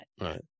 Right